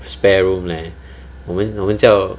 spare room leh 我们我们叫